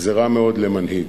זה רע מאוד למנהיג,